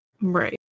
Right